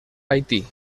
haití